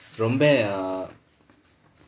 ரொம்ப:romba